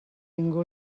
ningú